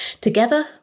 Together